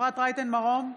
אפרת רייטן מרום,